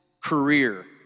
career